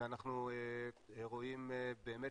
ואנחנו רואים באמת